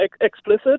explicit